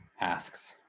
asks